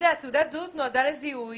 תעודת זהות נועדה לזיהוי.